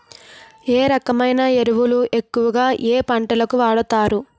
ఏ రకమైన ఎరువులు ఎక్కువుగా ఏ పంటలకు వాడతారు?